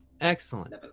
Excellent